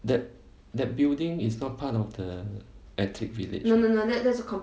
that that building is not part of the athlete village uh